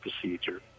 procedure